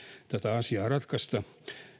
tätä asiaa ratkaista